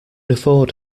afford